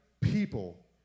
people